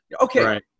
Okay